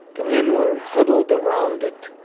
the men were huddled around it,